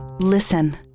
Listen